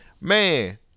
Man